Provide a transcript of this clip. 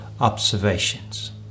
observations